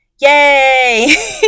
yay